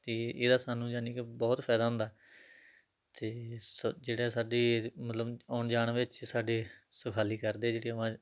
ਅਤੇ ਇਹਦਾ ਸਾਨੂੰ ਯਾਨੀ ਕੇ ਬਹੁਤ ਫਾਇਦਾ ਹੁੰਦਾ ਅਤੇ ਸ ਜਿਹੜਾ ਸਾਡੀ ਏਜ ਮਤਲਬ ਆਉਣ ਜਾਣ ਵਿੱਚ ਸਾਡੇ ਸੁਖਾਲਾ ਕਰਦੇ ਜਿਹੜੀਆਂ ਵਾ